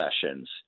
sessions